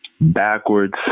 backwards